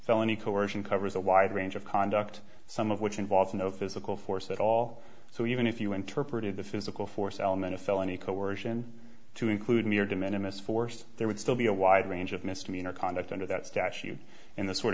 felony coercion covers a wide range of conduct some of which involves no physical force at all so even if you interpreted the physical force element a felony coercion to include mere de minimus force there would still be a wide range of misdemeanor conduct under that statute in the sort